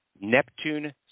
Neptune